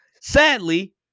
Sadly